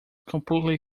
completely